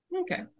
Okay